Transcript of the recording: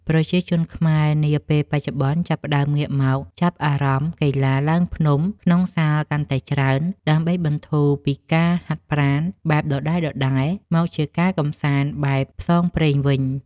ប្រជាជនខ្មែរនាពេលបច្ចុប្បន្នចាប់ផ្ដើមងាកមកចាប់អារម្មណ៍កីឡាឡើងភ្នំក្នុងសាលកាន់តែច្រើន ដើម្បីប្ដូរពីការហាត់ប្រាណបែបដដែលៗមកជាការកម្សាន្តបែបផ្សងព្រេងវិញ។